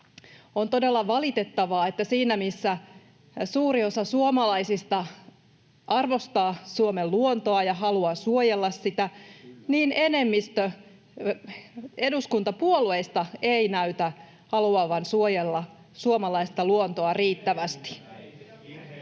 On todella valitettavaa, että siinä, missä suuri osa suomalaisista arvostaa Suomen luontoa ja haluaa suojella sitä, niin enemmistö eduskuntapuolueista ei näytä haluavan suojella suomalaista luontoa riittävästi.